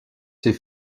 ses